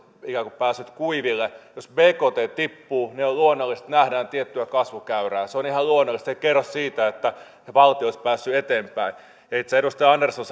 kuin päässyt kuiville jos bkt tippuu niin on luonnollista että nähdään tiettyä kasvukäyrää se on ihan luonnollista se ei kerro siitä että se valtio olisi päässyt eteenpäin edustaja andersson